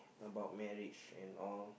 about marriage and all